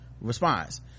response